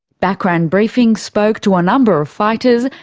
background briefing spoke to a number of fighters,